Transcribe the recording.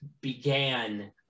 began